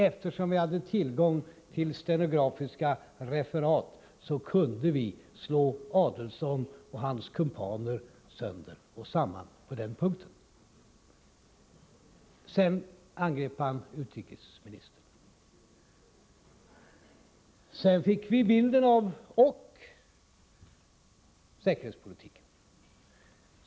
Eftersom vi hade tillgång till stenografiska referat kunde vi i det avseendet slå Adelsohn och hans kumpaner sönder och samman. Därefter angrep Ulf Adelsohn utrikesministern och säkerhetspolitiken.